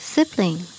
Sibling